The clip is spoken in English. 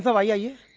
so you?